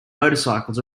motorcycles